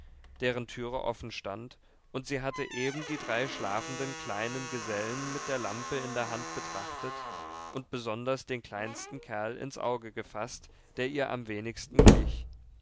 deren türe offen stand und sie hatte eben die drei schlafenden kleinen gesellen mit der lampe in der hand betrachtet und besonders den kleinsten kerl ins auge gefaßt der ihr am wenigsten glich